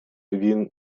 він